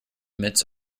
midst